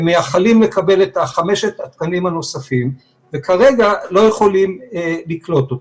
הם מייחלים לקבל את חמשת התקנים הנוספים וכרגע לא יכולים לקלוט אותם.